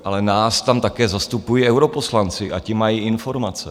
Ale nás tam také zastupují europoslanci a ti mají informace.